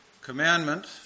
Commandment